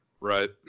Right